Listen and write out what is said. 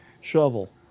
Shovel